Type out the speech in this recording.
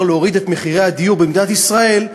להוריד את מחירי הדיור במדינת ישראל,